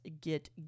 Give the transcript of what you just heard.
get